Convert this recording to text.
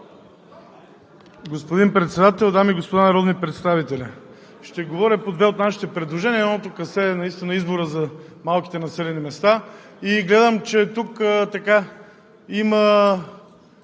Господин Председател, дами и господа народни представители! Ще говоря по две от нашите предложения. Едното касае избора за малките населени места. Гледам, че тук има